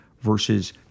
versus